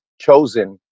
chosen